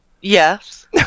Yes